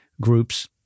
groups